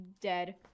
dead